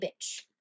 bitch